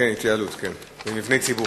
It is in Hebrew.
אדוני השר,